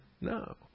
No